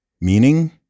meaning